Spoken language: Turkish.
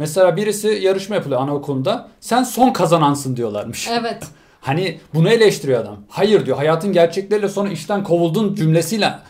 Mesela birisi yarışma yapılıyor anaokulunda. "Sen son kazanansın" diyorlarmış. Evet. Hani bunu eleştiriyor adam. "Hayır" diyor. "Hayatın gerçekleriyle sonra işten kovuldun" cümlesiyle.